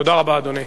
תודה רבה, אדוני.